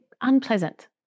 unpleasant